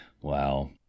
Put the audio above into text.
Wow